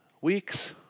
weeks